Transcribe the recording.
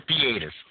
theaters